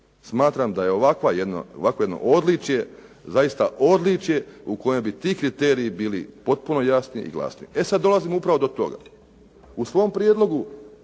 smatram da je ovakvo jedno odličje zaista odličje u kojem bi ti kriteriji bili potpuno jasni i glasni. E, sad dolazimo upravo do toga. U svom prijedlogu